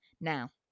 Now